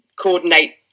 coordinate